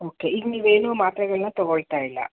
okay ಈಗ ನೀವೇನು ಮಾತ್ರೆಗಳನ್ನ ತೊಗೊಳ್ತಾ ಇಲ್ಲ